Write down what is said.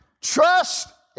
Trust